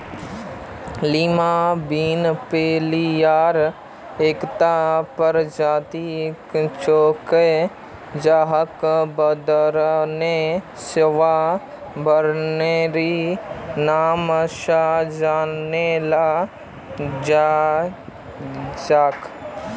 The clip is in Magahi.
लीमा बिन फलियार एकता प्रजाति छिके जहाक बटरबीन, सिवा बिनेर नाम स जानाल जा छेक